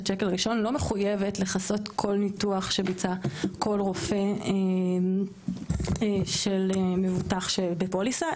שקל ראשון לא מחויבת לכסות כל ניתוח שביצע כל רופא של מבוטח שבפוליסה,